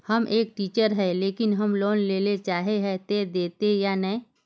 हम एक टीचर है लेकिन हम लोन लेले चाहे है ते देते या नय?